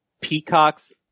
Peacock's